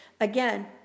Again